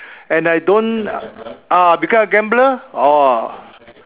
and I don't ah become a gambler orh